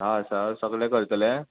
हा आसा सगळें करतलें